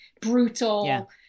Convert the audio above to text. Brutal